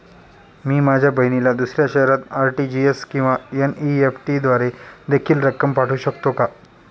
मी माझ्या बहिणीला दुसऱ्या शहरात आर.टी.जी.एस किंवा एन.इ.एफ.टी द्वारे देखील रक्कम पाठवू शकतो का?